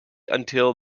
until